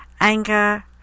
anger